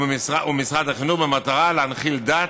ומשרד החינוך, במטרה להנחיל דת,